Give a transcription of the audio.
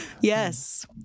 Yes